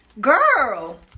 girl